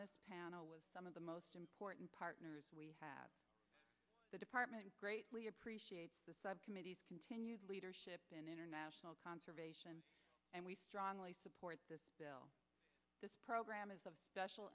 be panel with some of the most important partners we have the department greatly appreciate the subcommittee's continues leadership in international conservation and we strongly support this bill this program is of special